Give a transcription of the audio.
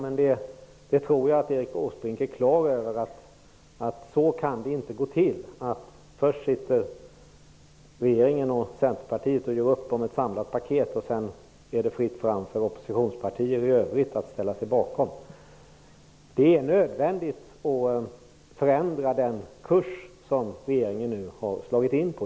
Jag tror att Erik Åsbrink är på det klara med att det inte kan gå till så att regeringen och Centerpartiet först gör upp om ett samlat paket, och sedan är det fritt fram för oppositionspartierna att ställa sig bakom. Det är nödvändigt att förändra den kurs som regeringen har slagit in på.